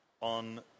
on